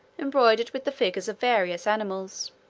embroidered with the figures of various animals.